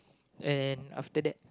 and after that